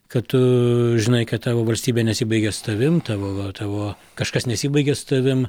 kad tu žinai kad tavo valstybė nesibaigia su tavim tavo tavo kažkas nesibaigia su tavim